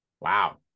wow